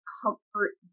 comfort